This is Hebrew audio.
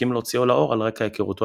והסכים להוציאו לאור על רקע היכרותו